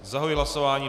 Zahajuji hlasování.